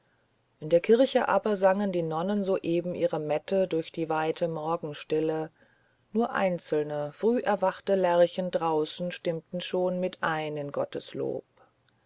in der kirche aber sangen die nonnen soeben ihre metten durch die weite morgenstille nur einzelne früh erwachte lerchen draußen stimmten schon mit ein in gottes